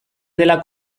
dela